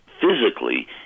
physically